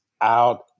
out